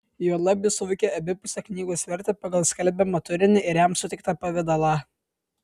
juolab jis suvokė abipusę knygos vertę pagal skelbiamą turinį ir jam suteiktą pavidalą